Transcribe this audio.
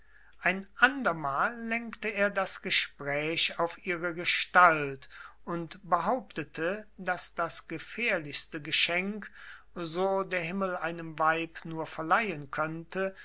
ein andermal lenkte er das gespräch auf ihre gestalt und behauptete daß das gefährlichste geschenk so der himmel einem weib nur verleihen könnte